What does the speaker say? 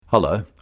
Hello